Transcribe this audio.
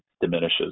diminishes